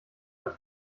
als